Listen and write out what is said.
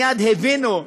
מייד הבינו,